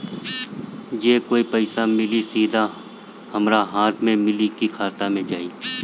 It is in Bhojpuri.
ई जो पइसा मिली सीधा हमरा हाथ में मिली कि खाता में जाई?